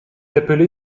appelé